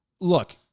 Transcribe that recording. look